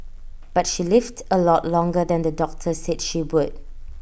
but she lived A lot longer than the doctor said she would